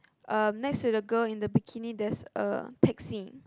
um next to the girl in the bikini there's a taxi